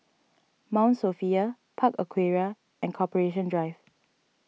Mount Sophia Park Aquaria and Corporation Drive